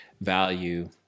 value